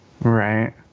Right